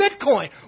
Bitcoin